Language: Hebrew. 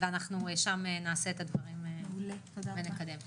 ואנחנו שם נעשה את הדברים ונקדם אותם.